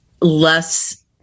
less